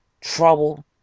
trouble